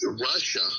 Russia